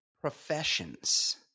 professions